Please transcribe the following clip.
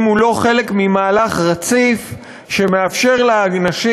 אם הוא לא חלק ממהלך רציף שמאפשר לאנשים